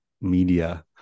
media